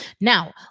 Now